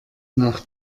nach